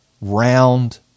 round